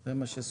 זה מה שסוכם.